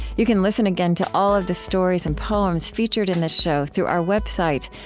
you can listen again to all of the stories and poems featured in this show through our website,